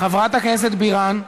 חברת הכנסת בירן,